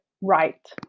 right